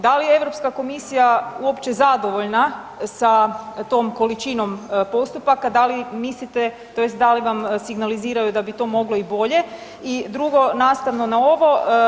Da li je EU komisija uopće zadovoljna sa tom količinom postupaka, da li mislite tj. da li vam signaliziraju da bi to moglo i bolje, i drugo, nastavno na ovo.